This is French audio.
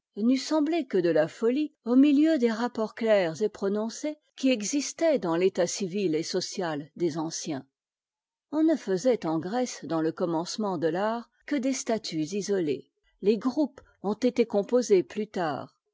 n'eût semblé que de la folie au milieu des rapports clairs et prononcés qui existaient dans l'état civil et social des anciens on ne faisait en grèce dans le commencement de l'art que des statues isolées les groupes ont été composés plus tard